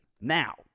Now